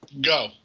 Go